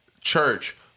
church